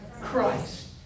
Christ